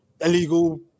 illegal